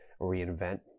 reinvent